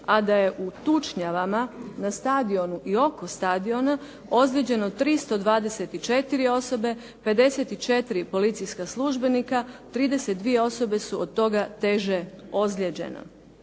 a da je u tučnjavama na stadionu i oko stadiona ozlijeđeno 324 osobe, 54 policijska službenika, 32 osobe su od toga teže ozlijeđene.